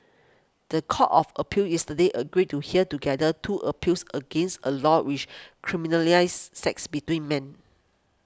the Court of Appeal yesterday agreed to hear together two appeals against a law which criminalises sex between men